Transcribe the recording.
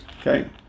Okay